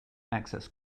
access